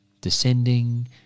Descending